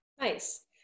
Nice